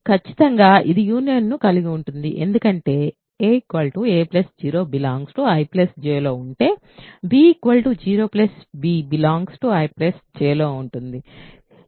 ఖచ్చితంగా ఇది యూనియన్ను కలిగి ఉంటుంది ఎందుకంటే a a0 IJ లో ఉంటే b 0b IJ లో ఉంటుంది